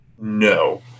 no